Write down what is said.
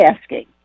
asking